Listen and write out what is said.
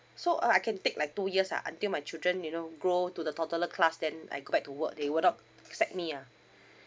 so uh I can take like two years lah until my children you know grow to the toddler class then I go back to work they will not accept me ah